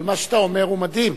אבל מה שאתה אומר הוא מדהים.